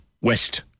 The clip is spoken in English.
West